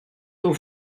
taux